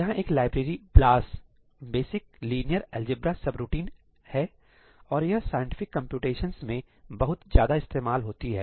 यहां एक library BLAS है और यह साइंटिफिक कंप्यूटेशंस में बहुत ज्यादा इस्तेमाल होती है